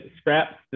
scrap